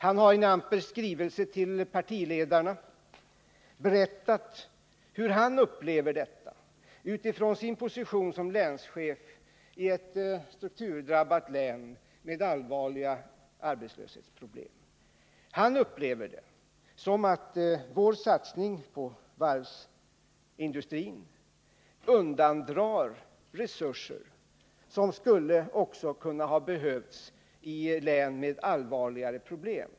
Han har i en amper skrivelse till partiledarna talat om hur han upplever detta utifrån sin position som länschef i ett strukturdrabbat län med allvarliga arbetslöshetsproblem. Han upplever det som att vår satsning på varvsindustrin undandrar resurser som skulle behövas i län med allvarligare problem.